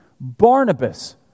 barnabas